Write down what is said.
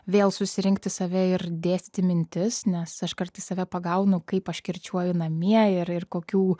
vėl susirinkti save ir dėstyti mintis nes aš kartais save pagaunu kaip aš kirčiuoju namie ir ir kokių